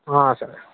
సరే